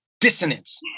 dissonance